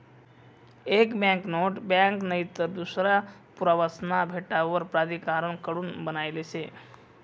एक banknote bank नईतर दूसरा पुरावासना भेटावर प्राधिकारण कडून बनायेल शे